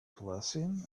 blessing